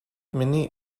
many